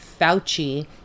Fauci